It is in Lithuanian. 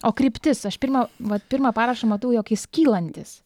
o kryptis aš pirmą vat pirmą parašą matau jog jis kylantis